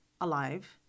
alive